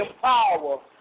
power